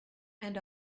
and